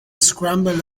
scrambled